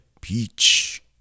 peach